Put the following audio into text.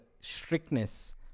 strictness